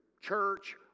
church